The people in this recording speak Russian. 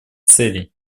целей